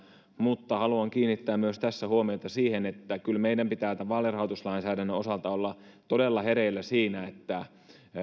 mutta haluan kiinnittää tässä huomiota myös siihen että kyllä meidän pitää tämän vaalirahoituslainsäädännön osalta olla todella hereillä siinä